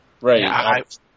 Right